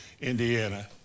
Indiana